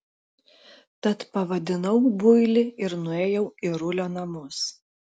tad pavadinau builį ir nuėjau į rulio namus